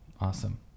Awesome